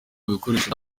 bikoresho